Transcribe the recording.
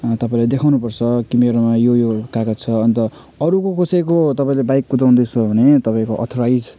तपाईँले देखाउनु पर्छ कि मेरोमा यो योहरू कागज छ अन्त अरूको कसैको तपाईँले बाइक कुदाउँदैछ भने तपाईँको अथोराइज